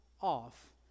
off